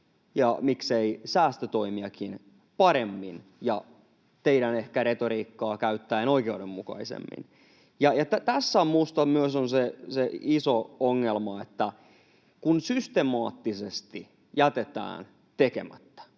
miksei säästötoimiakin paremmin ja — ehkä teidän retoriikkaanne käyttäen — oikeudenmukaisemmin. Tässä on minusta myös se iso ongelma, että systemaattisesti jätetään tekemättä.